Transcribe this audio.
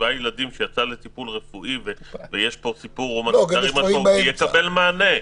שבעה ילדים שיצא לצורך טיפול רפואי יקבל מענה,